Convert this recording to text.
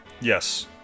Yes